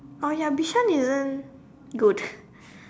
oh ya Bishan isn't good